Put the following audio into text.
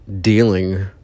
dealing